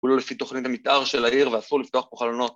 הוא לא לפי תוכנית המתאר של העיר ‫ואסור לפתוח פה חלונות.